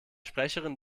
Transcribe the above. sprecherin